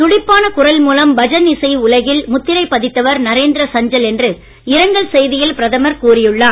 துடிப்பான குரல் மூலம் பஜன் இசை உலகில் மணி முத்திரை பதித்தவர் நரேந்திர சஞ்சல் என்று இரங்கல் செய்தியில் பிரதமர் கூறி உள்ளார்